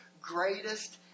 greatest